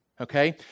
okay